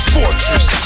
fortress